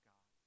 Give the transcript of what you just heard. God